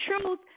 truth